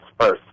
first